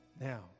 now